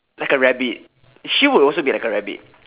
like a rabbit she would also be like a rabbit